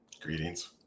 Greetings